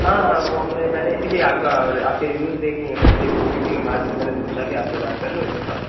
ہاں ہاں وہ ہم نے میں نے اسی لیے آپ کا آپ کے ریویوز دیکھ لیے ہیں پہلے ریویوز دیکھنے کے بعد پھر میں نے سوچا کہ آپ سے بات کر لوں ایک دفعہ